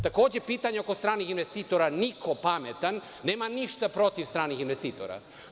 Takođe, pitanje oko stranih investitora niko pametan nema ništa protiv stranih investitora.